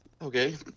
Okay